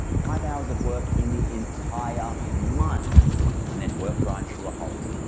five hours of work in the entire month and then work grinds to a halt.